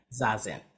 Zazen